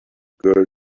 girl